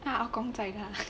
他的 ah gong 载他